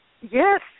Yes